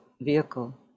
vehicle